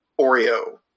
Oreo